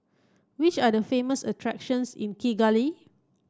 which are the famous attractions in Kigali